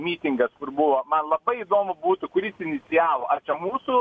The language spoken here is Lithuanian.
mytingas kur buvo man labai įdomu būtų kuris inicijavo ar čia mūsų